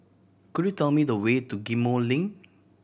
could you tell me the way to Ghim Moh Link